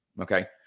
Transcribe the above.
Okay